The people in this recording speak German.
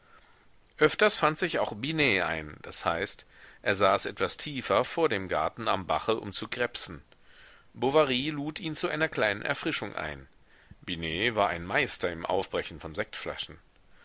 öfters fand sich auch binet ein das heißt er saß etwas tiefer vor dem garten am bache um zu krebsen bovary lud ihn zu einer kleinen erfrischung ein binet war ein meister im aufbrechen von sektflaschen